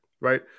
right